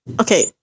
okay